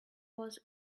was